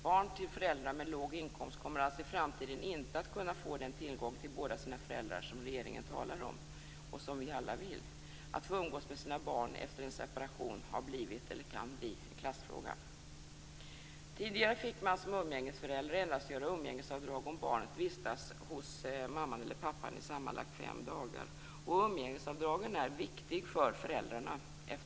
Barn till föräldrar med låg inkomst kommer alltså i framtiden inte att kunna få den tillgång till båda sina föräldrar som regeringen talar om och som vi alla vill att de skall ha. Att få umgås med sina barn efter en separation har blivit eller kan bli en klassfråga. Tidigare fick en umgängesförälder endast göra umgängesavdrag om barnet vistats hos mamman eller pappan i sammanlagt fem dagar. Umgängesavdragen är viktiga för föräldrarna.